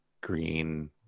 green